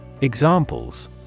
Examples